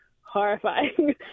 horrifying